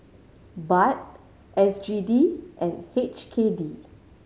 Baht S G D and H K D